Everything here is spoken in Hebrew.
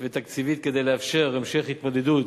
ותקציבית כדי לאפשר המשך התמודדות